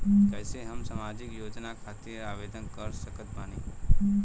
कैसे हम सामाजिक योजना खातिर आवेदन कर सकत बानी?